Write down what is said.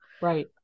Right